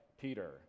Peter